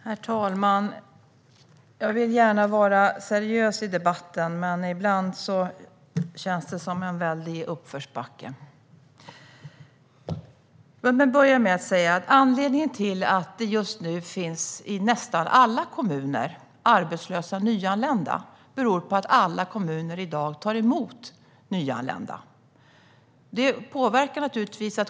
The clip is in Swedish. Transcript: Herr talman! Jag vill gärna vara seriös i debatten, men ibland känns det som en väldig uppförsbacke. Låt mig börja med att säga att anledningen till att det nu finns arbetslösa nyanlända i nästan alla kommuner är att alla kommuner i dag tar emot nyanlända. Det påverkar naturligtvis.